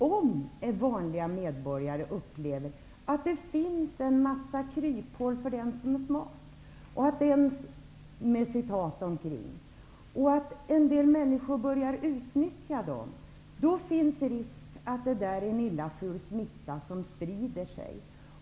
Om vanliga medborgare emellertid upplever att det finns en massa kryphål för den som är ''smart'' och om en del människor börja utnyttja kryphålen, då finns det risk för en illa ful smitta som sprider sig.